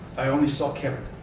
i only saw character